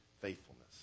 faithfulness